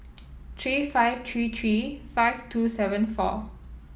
three five three three five two seven four